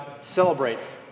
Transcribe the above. celebrates